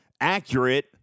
accurate